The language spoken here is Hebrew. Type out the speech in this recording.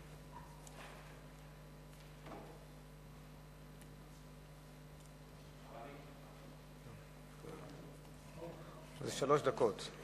שלוש דקות.